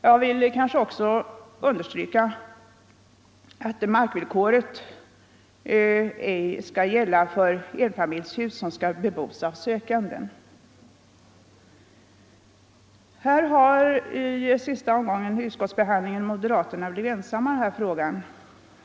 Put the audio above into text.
Jag vill också understryka att markvillkoret ej skall gälla för enfamiljshus, som skall bebos av sökanden. Moderaterna har i den sista omgången av utskottsbehandlingen blivit ensamma i den här frågan.